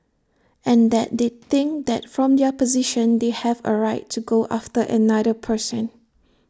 and that they think that from their position they have A right to go after another person